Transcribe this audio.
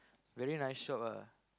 very nice shop ah